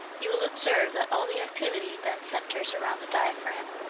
you will observe that all the activity then centers around the diaphragm.